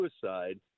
suicide